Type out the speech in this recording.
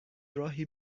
راهی